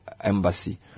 embassy